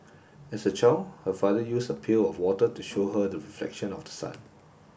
as a child her father used a pail of water to show her the reflection of the sun